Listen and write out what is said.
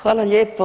Hvala lijepo.